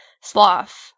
sloth